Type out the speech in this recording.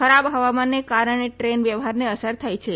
ખરાબ હવામાનને કારણે ટ્રેન વ્યવહારને અસર થઇ છે